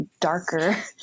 darker